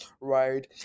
right